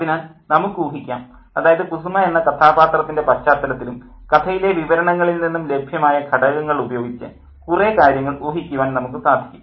അതിനാൽ നമുക്ക് ഊഹിക്കാം അതായത് കുസുമ എന്ന കഥാപാത്രത്തിൻ്റെ പശ്ചാത്തലത്തിലും കഥയിലെ വിവരണങ്ങളിൽ നിന്നും ലഭ്യമായ ഘടകങ്ങൾ ഉപയോഗിച്ച് കുറേ കാര്യങ്ങൾ ഊഹിക്കുവാൻ നമുക്കു സാധിക്കും